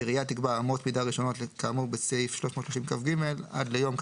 עירייה תקבע אמות מידה ראשונות כאמור בסעיף 330כג עד ליום...